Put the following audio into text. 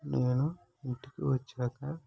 నేను ఇంటికి వచ్చాక